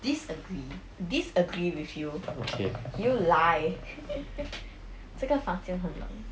disagree disagree with you you lie 这个房间很冷